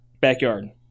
backyard